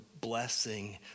blessing